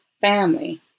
family